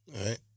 right